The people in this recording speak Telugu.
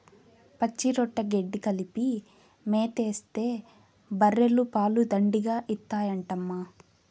పచ్చిరొట్ట గెడ్డి కలిపి మేతేస్తే బర్రెలు పాలు దండిగా ఇత్తాయంటమ్మా